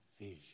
vision